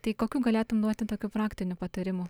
tai kokių galėtum duoti tokių praktinių patarimų